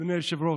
אדוני היושב-ראש,